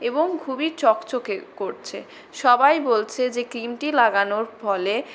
এবং খুবই চকচকে করছে সবাই বলছে যে ক্রিমটি লাগানোর ফলে